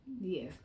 Yes